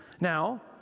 Now